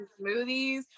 smoothies